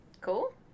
Cool